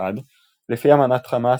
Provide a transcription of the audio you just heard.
ג'יהאד – לפי אמנת חמאס,